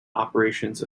operations